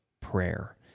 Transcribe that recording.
prayer